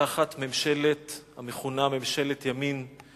תחת ממשלה המכונה ממשלת ימין,